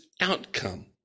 outcome